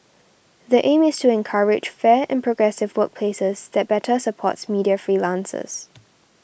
the aim is to encourage fair and progressive workplaces that better supports media freelancers